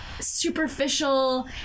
superficial